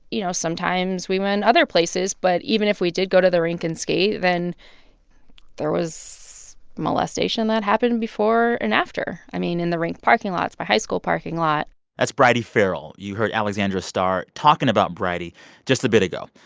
you know, sometimes we went other places. but even if we did go to the rink and skate, then there was molestation that happened before and after, i mean, in the rink parking lots, my high school parking lot that's bridie farrell. you heard alexandra start talking about bridie just a bit ago.